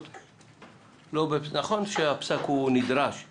נכון שהפסק הוא נדרש,